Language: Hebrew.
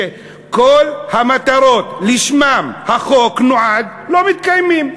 שכל המטרות שלשמן החוק נועד לא מתקיימות.